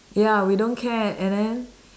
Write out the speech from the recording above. ya we don't care and then